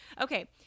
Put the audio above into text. okay